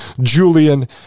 julian